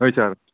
হয় ছাৰ